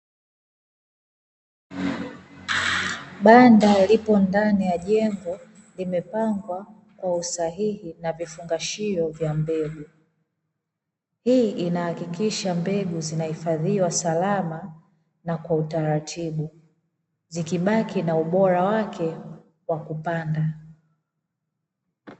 Banda lipo ndani ya jengo limepangwa kwa usahihi na vifungashio vya mbele, hii inahakikisha mbegu zinahifadhiwa salamu na kwa utaratibu zikibaki na ubora wake kwa kupanda.